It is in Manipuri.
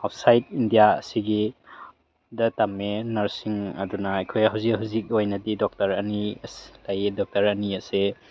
ꯑꯥꯎꯠꯁꯥꯏꯠ ꯏꯟꯗꯤꯌꯥ ꯁꯤꯒꯤ ꯗ ꯇꯝꯃꯦ ꯅꯔꯁꯁꯤꯡ ꯑꯗꯨꯅ ꯑꯩꯈꯣꯏ ꯍꯧꯖꯤꯛ ꯍꯧꯖꯤꯛꯀꯤ ꯑꯣꯏꯅꯗꯤ ꯗꯣꯛꯇꯔ ꯑꯅꯤ ꯑꯁ ꯂꯩꯌꯦ ꯗꯣꯛꯇꯔ ꯑꯅꯤ ꯑꯁꯦ